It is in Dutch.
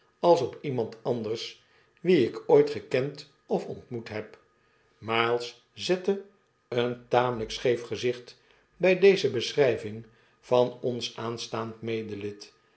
als op iemand anders wien ik ooit gekend of ontmoet heb miles zette een tamelyk scheef gezicht by deze beschryving van ons aanstaand medelid